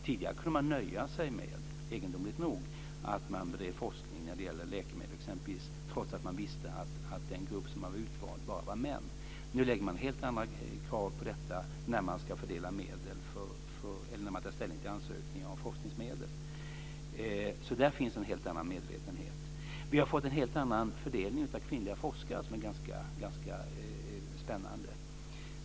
Tidigare kunde man nöja sig med, egendomligt nog, att det bedrevs forskning om t.ex. läkemedel trots att man visste att den utvalda gruppen bara bestod av män. Nu lägger man helt andra krav på detta när man ska ta ställning till ansökningar om forskningsmedel. Där finns en helt annan medvetenhet. Vi har fått en helt annan fördelning av kvinnliga forskare som är ganska spännande.